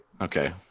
Okay